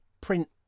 print